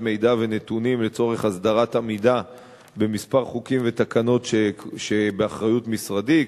מידע ונתונים לצורך הסדרת עמידה בכמה חוקים ותקנות שבאחריות משרדי,